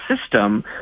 system